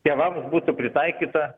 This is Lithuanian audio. tėvams būtų pritaikyta